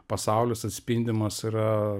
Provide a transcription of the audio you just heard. pasaulis atspindimas yra